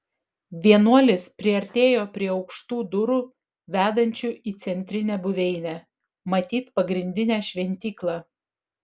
vienuolis priartėjo prie aukštų durų vedančių į centrinę buveinę matyt pagrindinę šventyklą